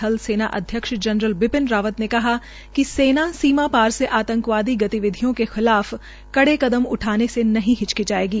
थल सेना अध्यक्ष जनरल बिपिन रावत ने कहा कि सेना सीमा पास से आंतकवादी गतिविधियों के खिलाफ कड़े कदम उठाने से नहीं हिचकिचाएगी